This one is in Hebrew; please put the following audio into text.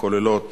הכוללות